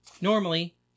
Normally